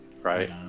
right